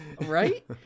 Right